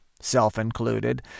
self-included